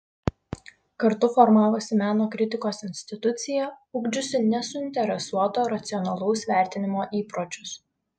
kartu formavosi meno kritikos institucija ugdžiusi nesuinteresuoto racionalaus vertinimo įpročius